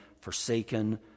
forsaken